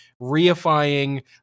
reifying